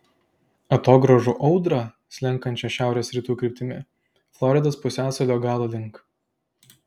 atogrąžų audrą slenkančią šiaurės rytų kryptimi floridos pusiasalio galo link